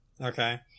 Okay